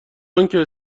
آنکه